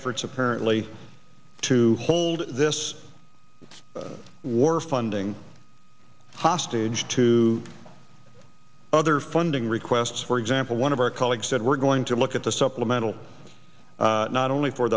efforts apparently to hold this war funding hostage to other funding requests for example one of our colleagues said we're going to look the supplemental not only for